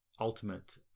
ultimate